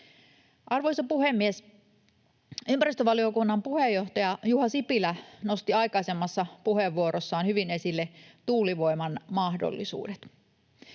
Arvoisa puhemies! Ympäristövaliokunnan puheenjohtaja Juha Sipilä nosti aikaisemmassa puheenvuorossaan hyvin esille tuulivoiman mahdollisuudet.